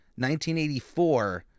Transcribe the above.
1984